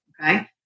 okay